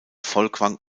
folkwang